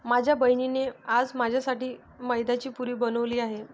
माझ्या बहिणीने आज माझ्यासाठी मैद्याची पुरी बनवली आहे